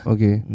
Okay